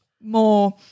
more